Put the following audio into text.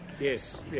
Yes